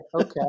Okay